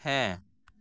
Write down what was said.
ᱦᱮᱸ